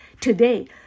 Today